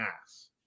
ass